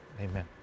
Amen